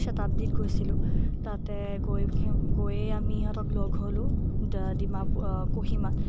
শতাব্দিত গৈছিলোঁ তাতে গৈ গৈয়ে আমি ইহঁতক লগ হলোঁ ডা ডিমাপু কহিমাত